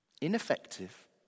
Ineffective